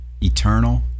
eternal